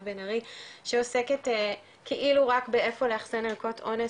בן ארי שעוסקת כאילו רק באיפה לאחסן ערכות אונס,